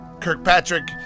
Kirkpatrick